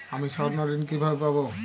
আমি স্বর্ণঋণ কিভাবে পাবো?